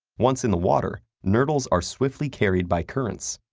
once in the water, nurdles are swiftly carried by currents,